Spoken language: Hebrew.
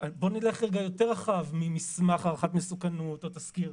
בואו נלך רגע יותר רחב ממסמך הערכת מסוכנות או תזכיר.